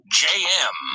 jm